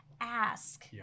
Ask